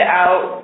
out